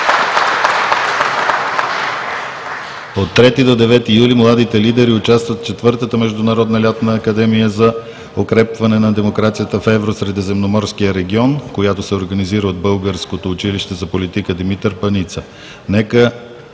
От 3 до 9 юли младите лидер участват в ІV-тата Международна лятна академия за укрепване на демокрацията в Евросредиземноморския регион, която се организира от българското училище за политика „Димитър Паница“.